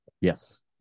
Yes